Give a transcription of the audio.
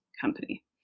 company